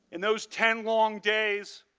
in those ten long days,